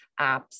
apps